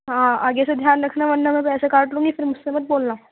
ہاں آگے سے دھیان رکھنا ورنہ میں پیسے کاٹ لوں گی پھر مجھ سے مت بولنا